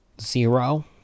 Zero